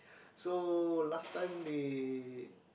so last time they